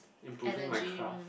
energy um